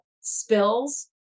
spills